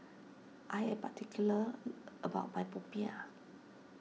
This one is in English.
I am particular about my Popiah